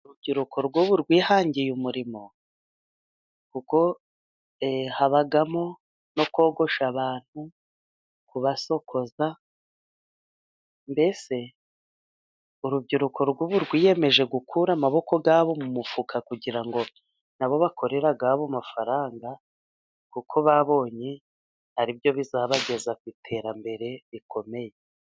Urubyiruko rw'ubu rwihangiye umurimo. Ubwo habamo no kogosha abantu, kubasokoza. Mbese, urubyiruko rw'ubu rwiyemeje gukura amaboko yabo mu mufuka kugira ngo na bo bakorere ayabo mafaranga , kuko babonye ari byo bizabageza ku iterambere rikomeye.